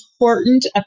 important